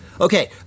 Okay